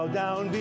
down